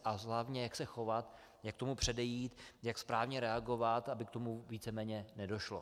A hlavně jak se chovat, jak tomu předejít, jak správně reagovat, aby k tomu víceméně nedošlo.